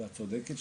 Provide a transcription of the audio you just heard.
ואת צודקת,